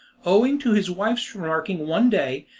owing to his wife's remarking one day,